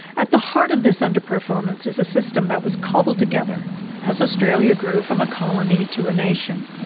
at the heart of this underperformance is a system that was cobbled together as australia grew from a colony to a nation.